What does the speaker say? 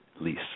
lease